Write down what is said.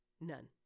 None